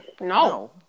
no